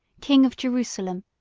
king of jerusalem,